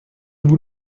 vous